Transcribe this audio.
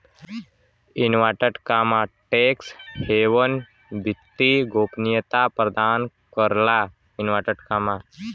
tax haven वित्तीय गोपनीयता प्रदान करला